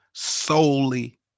Solely